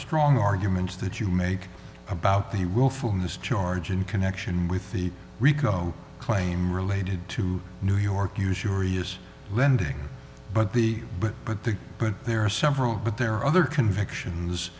strong arguments that you make about the willfulness charge in connection with the rico claim related to new york usury is lending but the but but the but there are several but there are other convictions